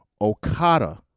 Okada